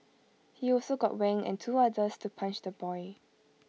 he also got Wang and two others to punch the boy